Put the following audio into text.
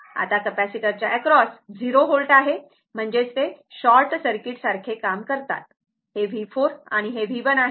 आता कॅपेसिटरच्या across 0 volt आहे म्हणजेच ते शॉर्ट सर्किट सारखे काम करतात हे V4 आणि V1 आहे